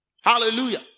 Hallelujah